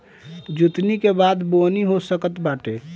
जोतनी के बादे बोअनी हो सकत बाटे